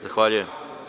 Zahvaljujem.